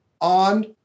on